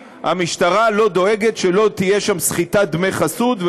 המשטרה לא דואגת שלא תהיה שם סחיטת דמי חסות,